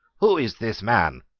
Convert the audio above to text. who is this man?